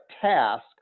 task